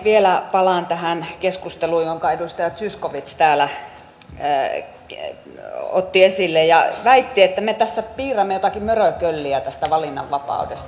vielä palaan tähän keskusteluun jonka edustaja zyskowicz täällä otti esille ja väitti että me tässä piirrämme jotakin mörökölliä tästä valinnanvapaudesta